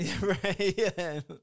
right